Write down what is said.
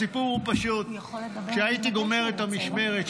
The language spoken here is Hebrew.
הסיפור הוא פשוט: כשהייתי גומר את המשמרת,